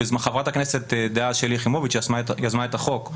בזמנו חברת הכנסת דאז שלי יחימוביץ עצמה יזמה את החוק,